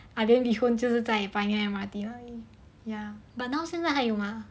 ah lian bee hoon 就是在 pioneer M_R_T 而已 ya but now 现在还有吗